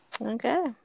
Okay